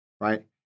right